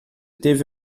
teve